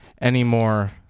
anymore